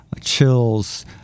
chills